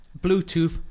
Bluetooth